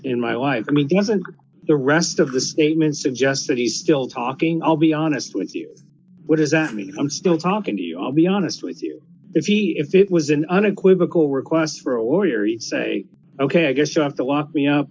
in my life i mean the rest of the statement suggests that he's still talking i'll be honest with you what does that mean i'm still talking to you all be honest with you if he if it was an unequivocal request for a lawyer he'd say ok i guess you have to lock me up